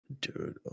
Dude